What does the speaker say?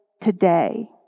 today